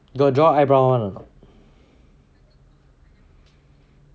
you got draw eyebrow or not